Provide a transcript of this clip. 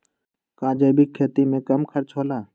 का जैविक खेती में कम खर्च होला?